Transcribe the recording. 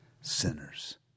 sinners